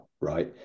right